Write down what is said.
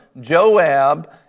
Joab